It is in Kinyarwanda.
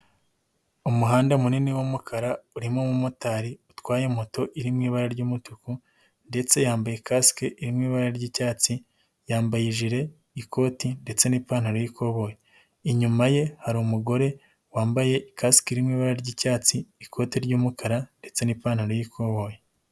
Umuhanda munini w'umukara urimo umu motari utwaye moto iri mu ibara ry'umutuku ndetse yambaye kasike irimo ibara ry'icyatsi, yambaye jire, ikoti ndetse n'ipantaro y'ikobo, inyuma ye hari umugore wambaye kasike iri mu ibara ry'icyatsi, ikote ry'umukara ndetse n'ipantaro y'ikoboyi.